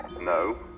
No